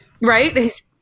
Right